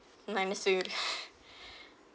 minus food